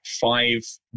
five